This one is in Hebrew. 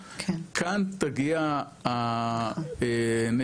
כאן תגיע "הנשיכה"